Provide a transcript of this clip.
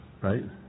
right